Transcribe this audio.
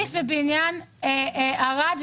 בעניין כסיף ובעניין ערד,